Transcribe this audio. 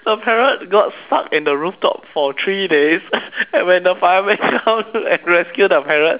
the parrot got stuck in the rooftop for three days and when the fireman come and rescue the parrot